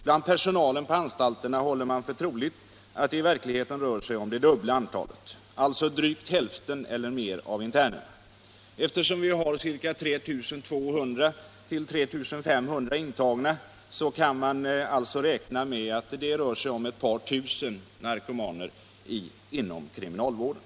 Bland personalen på anstalterna håller man för troligt att det i verkligheten rör sig om det dubbla antalet — alltså drygt hälften eller mer av internerna. Eftersom vi har 3 200-3 500 intagna kan man räkna med att det rör sig om ett par tusen narkomaner inom kriminalvården.